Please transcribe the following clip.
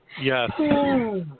Yes